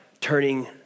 turning